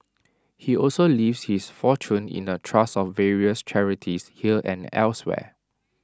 he also leaves his fortune in A trust for various charities here and elsewhere